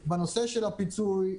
בנושא של הפיצוי,